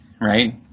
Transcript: right